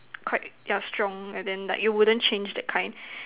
quite yeah strong and then like you wouldn't change that kind